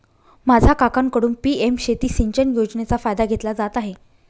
माझा काकांकडून पी.एम शेती सिंचन योजनेचा फायदा घेतला जात आहे